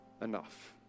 enough